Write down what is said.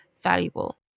valuable